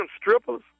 strippers